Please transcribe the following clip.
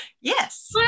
Yes